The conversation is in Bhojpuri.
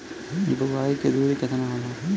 बुआई के दूरी केतना होला?